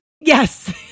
Yes